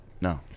No